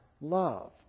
love